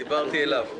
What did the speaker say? לא, דיברתי אליו.